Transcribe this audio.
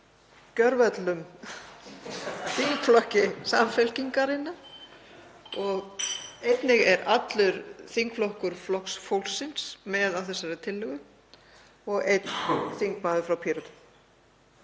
gervöllum þingflokki Samfylkingarinnar og einnig er allur þingflokkur Flokks fólksins með á þessari tillögu og einn þingmaður frá Pírötum.